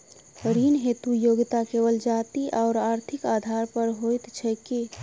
ऋण हेतु योग्यता केवल जाति आओर आर्थिक आधार पर होइत छैक की?